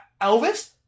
Elvis